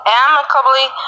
amicably